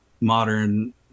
modern